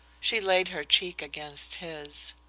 she laid her cheek against his.